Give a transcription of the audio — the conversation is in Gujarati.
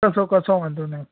કસો કસો વાંધોનઈ